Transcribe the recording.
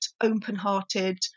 open-hearted